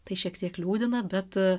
tai šiek tiek liūdina bet